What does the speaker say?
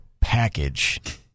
package